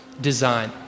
design